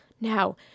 Now